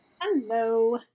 Hello